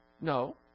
No